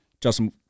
Justin